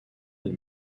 elle